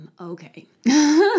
okay